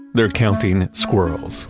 they're counting squirrels